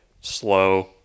slow